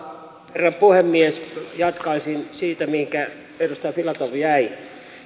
herra puhemies jatkaisin siitä mihinkä edustaja filatov jäi